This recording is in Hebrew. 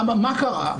אבל מה קרה?